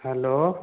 hello